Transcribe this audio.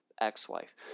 ex-wife